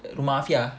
rumah